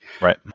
Right